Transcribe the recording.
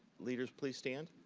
leaders please stand.